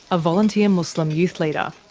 a volunteer muslim youth leader.